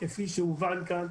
כפי שהובן כאן,